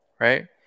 Right